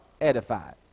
Edified